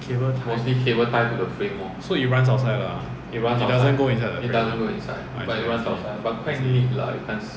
cable tie so it runs outside lah it doesn't go inside the frame